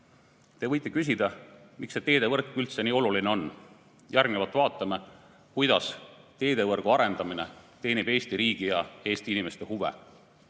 võite küsida, miks see teevõrk üldse nii oluline on. Järgnevalt vaatame, kuidas teevõrgu arendamine teenib Eesti riigi ja Eesti inimeste